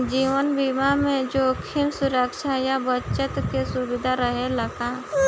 जीवन बीमा में जोखिम सुरक्षा आ बचत के सुविधा रहेला का?